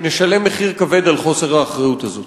נשלם מחיר כבד על חוסר האחריות הזה.